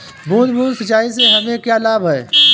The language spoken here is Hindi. बूंद बूंद सिंचाई से हमें क्या लाभ है?